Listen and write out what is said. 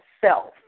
self